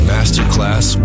Masterclass